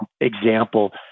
example